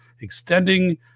extending